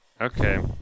Okay